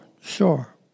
sure